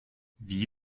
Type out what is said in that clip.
wie